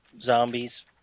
zombies